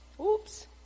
Oops